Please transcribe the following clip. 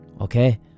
okay